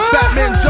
Batman